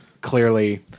clearly